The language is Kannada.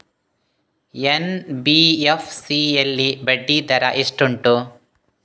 ಎನ್.ಬಿ.ಎಫ್.ಸಿ ಯಲ್ಲಿ ಬಡ್ಡಿ ದರ ಎಷ್ಟು ಉಂಟು?